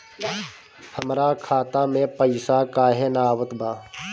हमरा खाता में पइसा काहे ना आवत बा?